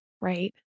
right